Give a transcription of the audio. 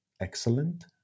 excellent